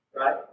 right